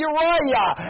Uriah